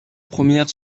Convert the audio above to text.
première